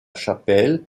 chapelle